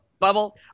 bubble